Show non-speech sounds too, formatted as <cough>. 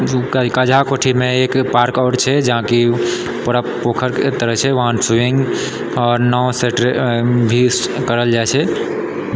<unintelligible> एक पार्क आओर छै जहाँकि पूरा पोखरिके तरहकेँ छै वहाँ स्विमिंग आओर नावसँ भी करल जाइ छै